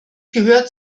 gehört